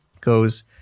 goes